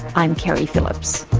i'm keri phillips